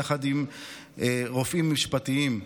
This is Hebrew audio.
יחד עם רופאים משפטיים.